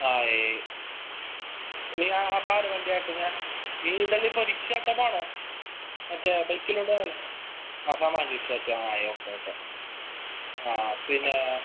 ആ നീയാ അപ്പോൾ ആരെ വണ്ടി ആക്കുന്നത് ഈ ഇതല്ലിപ്പൊ റിക്ഷാ ടപ്പാണോ മറ്റേ ബൈക്കിലൊണ്ടോന്നത് ആ അപ്പാമ റിക്ഷ വച്ചാൽ ആ ഓക്കെ ഓക്കെ ആ പിന്നേ